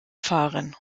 fahren